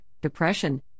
depression